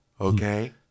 okay